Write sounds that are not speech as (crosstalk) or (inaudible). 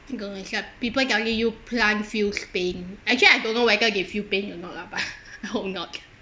and it's like people telling you plant feels pain actually I don't know whether they feel pain or not lah but (laughs) I hope not